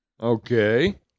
okay